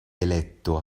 eletto